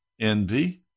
envy